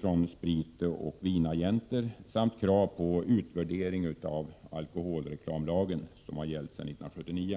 från spritoch vinagenter samt krav på utvärdering av alkoholreklamlagen som har gällt sedan 1979.